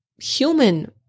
human